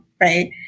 Right